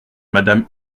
madame